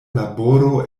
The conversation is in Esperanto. laboro